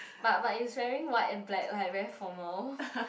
but but is wearing white and black right very formal